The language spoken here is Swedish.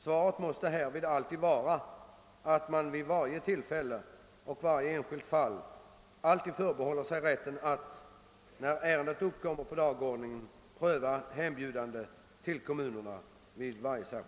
Svaret måste härvid alltid vara att man vid varje tillfälle och i varje enskilt fall alltid förbehåller sig rätten att pröva varje hembjudande till kommunen när det görs.